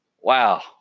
Wow